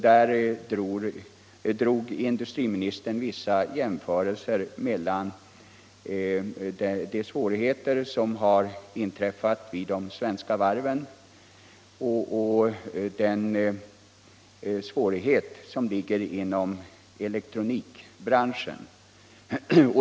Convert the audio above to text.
Där gjorde industriministern vissa jämförelser mellan de svårigheter som har inträffat vid de svenska varven och de svårigheter som finns inom elektronikbranschen.